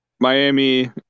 Miami